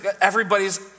everybody's